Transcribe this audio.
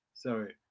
Sorry